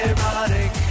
Erotic